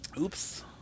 Oops